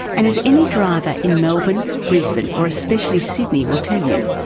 and as any driver in melbourne, brisbane or especially sydney will tell you,